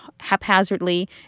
haphazardly